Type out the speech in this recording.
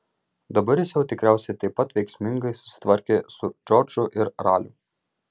dabar jis jau tikriausiai taip pat veiksmingai susitvarkė su džordžu ir raliu